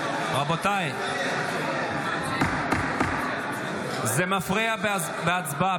רבותיי, זה מפריע בהצבעה.